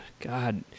God